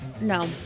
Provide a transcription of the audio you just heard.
No